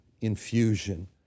infusion